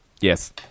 yes